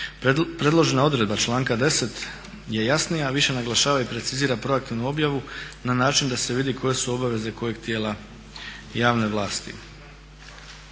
Predložena odredba članka 10. je jasnija, više naglašava i precizira proaktivnu objavu na način da se vidi koje su obaveze kojeg tijela javne vlasti.